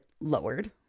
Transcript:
lowered